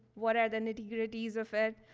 what are the and duties of it,